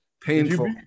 painful